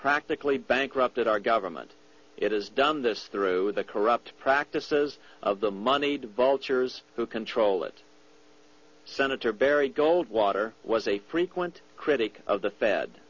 practically bankrupted our government it has done this through the corrupt practices of the moneyed vultures who control it senator barry goldwater was a frequent critic of the f